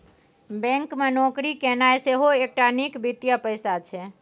bank मे नौकरी केनाइ सेहो एकटा नीक वित्तीय पेशा छै